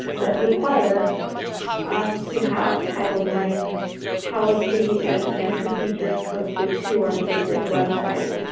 that require us to have title nine policy and an procedures posted to our district website.